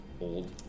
old